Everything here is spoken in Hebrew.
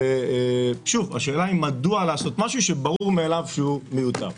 שוב, מדוע לעשות משהו שברור מאליו שהוא מיותר?